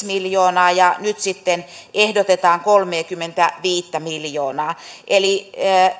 miljoonaa ja nyt sitten ehdotetaan kolmeakymmentäviittä miljoonaa eli